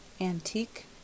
antique